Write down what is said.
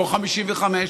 לא 55,